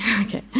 Okay